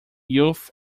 youth